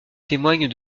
témoignent